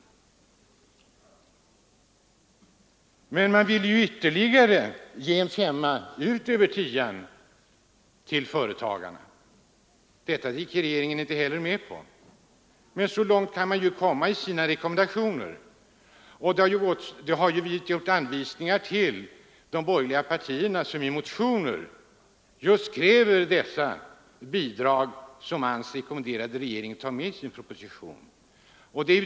AMS ville att företagen skulle få ytterligare fem kronor, dvs. utöver de tidigare tio kronorna. Inte heller det gick regeringen med på. Så långt kan man alltså gå i sina rekommendationer. I borgerliga motioner krävs också att regeringen i sin proposition skall ta med de bidrag som AMS har rekommenderat.